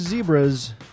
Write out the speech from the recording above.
Zebras